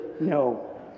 no